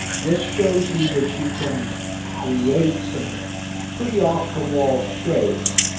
this shows you that you can create some pretty off-the-wall shapes.